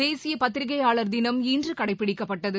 தேசிய பத்திரிகையாளர் தினம் இன்று கடைபிடிக்கப்பட்டது